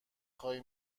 خواهی